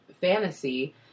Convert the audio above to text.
fantasy